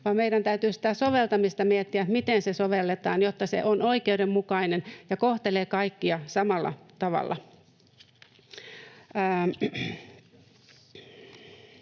meidän täytyy sitä soveltamista miettiä, miten sitä sovelletaan, jotta se on oikeudenmukainen ja kohtelee kaikkia samalla tavalla.